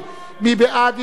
מי בעד האי-אמון?